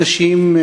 אנשים,